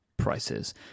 Prices